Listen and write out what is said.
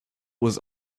was